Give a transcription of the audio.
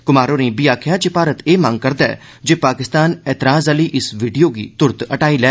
कुमार होरें आखेआ जे भारत एह् मंग करदा ऐ जे पाकिस्तान ऐतराज़ आह्ली इस वीडियो गी तुरत हटाई लै